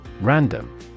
Random